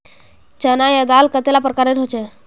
चना या दाल कतेला प्रकारेर होचे?